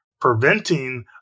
preventing